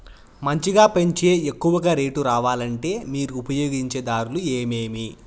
మంచిగా పెంచే ఎక్కువగా రేటు రావాలంటే మీరు ఉపయోగించే దారులు ఎమిమీ?